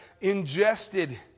ingested